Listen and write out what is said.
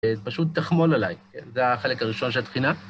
זה פשוט תחמול עליי, זה החלק הראשון שהתחינה.